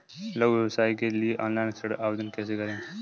लघु व्यवसाय के लिए ऑनलाइन ऋण आवेदन कैसे करें?